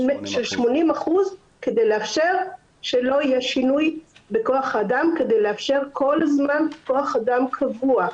80% כדי לאפשר שלא יהיה שינוי בכח האדם כדי לאפשר כל הזמן כח אדם קבוע.